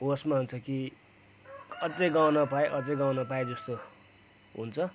होसमा हुन्छ कि अझै गाउन पाए अझै गाउन पाए जस्तो हुन्छ